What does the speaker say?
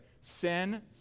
Sin